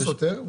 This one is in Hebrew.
לא סותר.